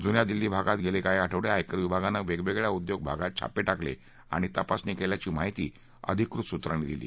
जुन्या दिल्ली भागात गेले काही आठव आयकर विभागानं वेगवेगळ्या उद्योग भागात छापे टाकले आणि तपासणी केल्यची माहिती अधिकृत सूत्रांनी दिली